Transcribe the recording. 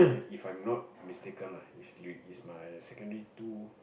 if I'm not mistaken lah it's it's my secondary two